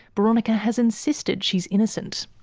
boronika has insisted she's innocent.